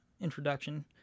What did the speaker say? introduction